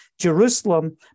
Jerusalem